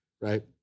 right